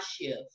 shift